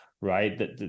right